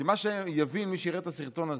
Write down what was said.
כי מה שיבין מי שרואה את הסרטון הזה,